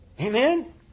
Amen